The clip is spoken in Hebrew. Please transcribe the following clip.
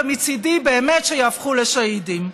ומצידי באמת שיהפכו לשהידים.